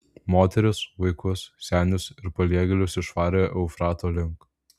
moteris vaikus senius ir paliegėlius išvarė eufrato link